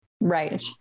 Right